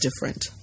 different